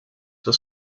for